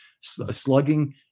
Slugging